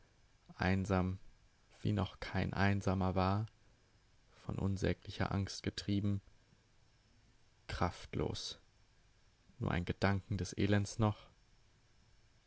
einsam wie noch kein einsamer war von unsäglicher angst getrieben kraftlos nur ein gedanken des elends noch